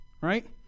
right